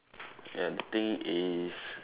ya the thing is